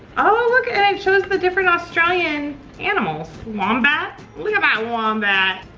oh look and they chose the different australian animals. wombat, look at that wombat.